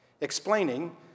explaining